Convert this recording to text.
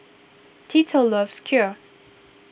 Tito loves Kheer